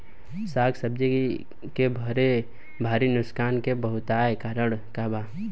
साग सब्जी के भारी नुकसान के बहुतायत कारण का बा?